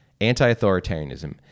anti-authoritarianism